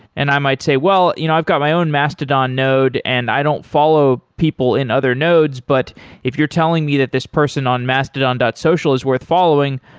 and i might say, well, you know i've got my own mastodon node and i don't follow people in other nodes, but if you're telling me that this person on mastodon social is worth following,